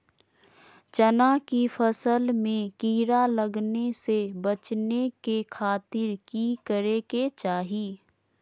चना की फसल में कीड़ा लगने से बचाने के खातिर की करे के चाही?